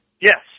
yes